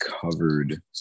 covered